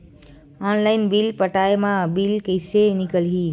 Online bill पटाय मा bill कइसे निकलही?